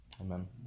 Amen